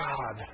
God